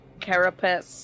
carapace